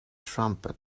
trumpet